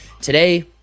today